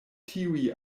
tiuj